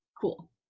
cool